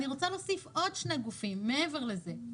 אני רוצה להוסיף עוד שני גופים מעבר לזה.